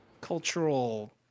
cultural